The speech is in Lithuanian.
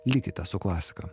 likite su klasika